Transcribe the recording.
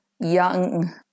young